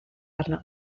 arno